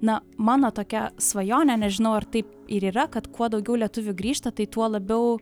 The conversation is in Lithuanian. na mano tokia svajonė nežinau ar taip ir yra kad kuo daugiau lietuvių grįžta tai tuo labiau